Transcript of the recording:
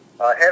Ahead